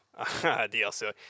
DLC